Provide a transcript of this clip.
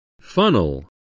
Funnel